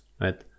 right